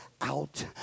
out